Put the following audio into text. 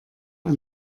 auf